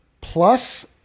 Plus